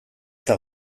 eta